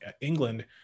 England